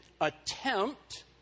attempt